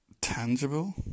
Tangible